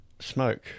smoke